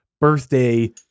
birthday